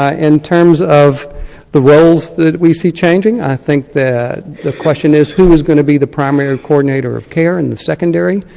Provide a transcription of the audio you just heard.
in terms of the roles that we see changing, i think that the question is who is going to be the primary coordinator of care and the secondary?